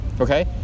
Okay